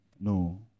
No